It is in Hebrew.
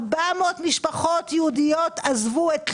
400 משפחות יהודיות עזבו את לוד,